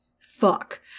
Fuck